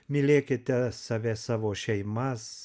mylėkite save savo šeimas